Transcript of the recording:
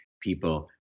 people